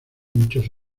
muchos